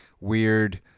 weird